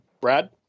Brad